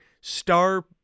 star